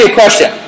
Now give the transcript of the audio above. question